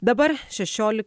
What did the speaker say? dabar šešioli